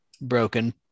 broken